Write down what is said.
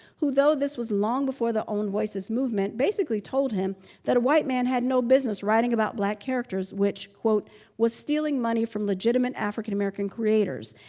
who, though this was long before the ownvoices movement, basically told him that a white man had no business writing about black characters, which was stealing money from legitimate african american creators.